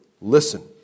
Listen